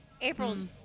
April's